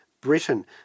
Britain